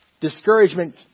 Discouragement